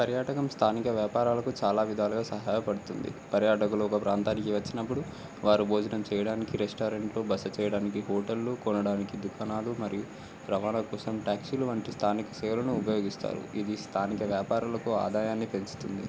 పర్యాటకం స్థానిక వ్యాపారాలకు చాలా విధాలుగా సహాయపడుతుంది పర్యాటకులు ఒక ప్రాంతానికి వచ్చినప్పుడు వారు భోజనం చేయడానికి రెస్టారెంట్లు బస్సు చేయడానికి హోటళ్ళు కొనడానికి దుకాణాలు మరియు రవాణా కోసం ట్యాక్సీలు వంటి స్థానిక సేవలను ఉపయోగిస్తారు ఇది స్థానిక వ్యాపారాలకు ఆదాయాన్ని పెంచుతుంది